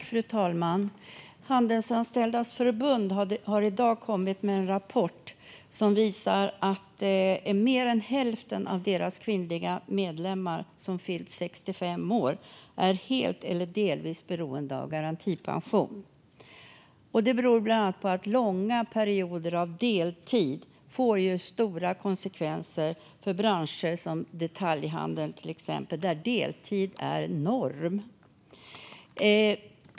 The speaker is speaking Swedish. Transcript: Fru talman! Handelsanställdas förbund har i dag kommit med en rapport som visar att mer än hälften av deras kvinnliga medlemmar som har fyllt 65 år är helt eller delvis beroende av garantipension. Det beror bland annat på att långa perioder av deltid får stora konsekvenser för branscher som till exempel detaljhandeln, där deltid är norm.